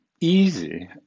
easy